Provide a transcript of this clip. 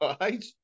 right